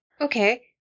Okay